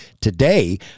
Today